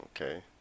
Okay